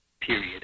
period